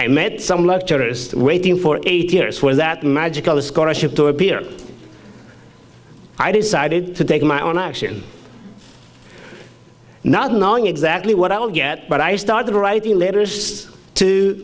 i met some love tourists waiting for eight years for that magical a scholarship to appear i decided to take my own action not knowing exactly what i would get but i started writing letters to